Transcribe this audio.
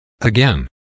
Again